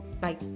Bye